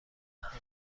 همه